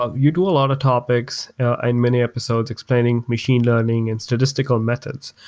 ah you do a lot of topics and many episodes expanding machine learning and statistical methods.